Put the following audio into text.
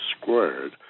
squared